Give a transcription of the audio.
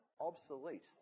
obsolete